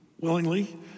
willingly